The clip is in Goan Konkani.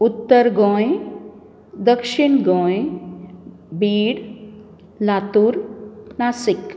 उत्तर गोंय दक्षीण गोंय बीड लातूर नाशिक